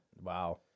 wow